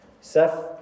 Seth